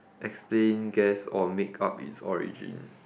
explain guess or make-up it's origin